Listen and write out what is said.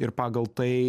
ir pagal tai